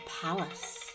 palace